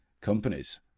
companies